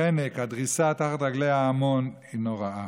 החנק, הדריסה תחת רגלי ההמון, הם נוראיים.